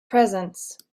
presence